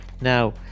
Now